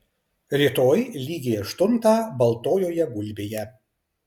rytoj lygiai aštuntą baltojoje gulbėje